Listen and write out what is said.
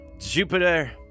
Jupiter